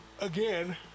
again